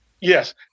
Yes